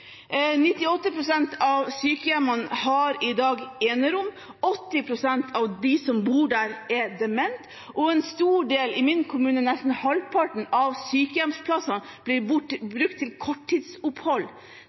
av sykehjemmene har i dag enerom, 80 pst. av dem som bor der, er demente, og en stor del – i min kommune nesten halvparten – av sykehjemsplassene blir